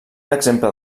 exemple